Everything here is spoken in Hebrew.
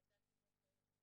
זו החלטה של ראש העיר.